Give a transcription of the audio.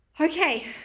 Okay